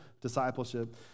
discipleship